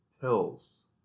pills